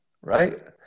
right